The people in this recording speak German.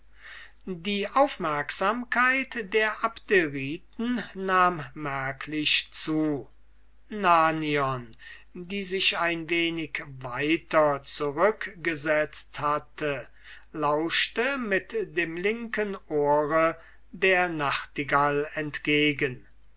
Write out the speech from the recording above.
die aufmerksamkeit der abderiten nahm merklich zu nannion die sich ein wenig weiter zurückgesetzt hatte lauschte mit dem linken ohr der nachtigall entgegen